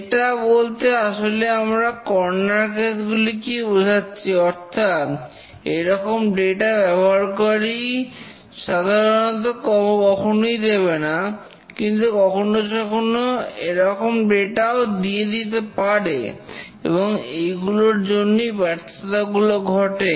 এটা বলতে আসলে আমরা কর্নার কেস গুলিকেই বোঝাচ্ছি অর্থাৎ এইরকম ডেটা ব্যবহারকারী সাধারণভাবে কখনোই দেবে না কিন্তু কখনো সখনো এরকম ডেটা ও দিয়ে দিতে পারে এবং এইগুলোর জন্যই ব্যর্থতাগুলো ঘটে